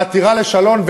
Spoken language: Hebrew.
חתירה לשלום,